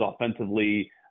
offensively